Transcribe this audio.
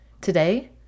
Today